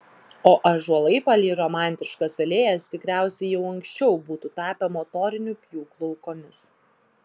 o ąžuolai palei romantiškas alėjas tikriausiai jau anksčiau būtų tapę motorinių pjūklų aukomis